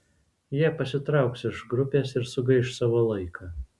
jie pasitrauks iš grupės ir sugaiš savo laiką